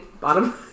Bottom